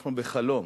שאנחנו בחלום.